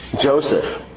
Joseph